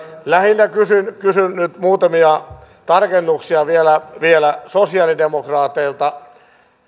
lähinnä kysyn kysyn nyt muutamia tarkennuksia vielä vielä sosialidemokraateilta